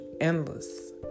endless